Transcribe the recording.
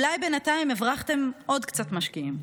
אולי בינתיים הברחתם עוד קצת משקיעים,